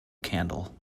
candle